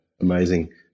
amazing